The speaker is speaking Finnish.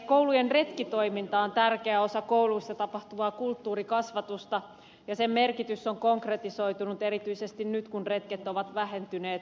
koulujen retkitoiminta on tärkeä osa kouluissa tapahtuvaa kulttuurikasvatusta ja sen merkitys on konkretisoitunut erityisesti nyt kun retket ovat vähentyneet